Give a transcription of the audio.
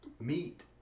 meat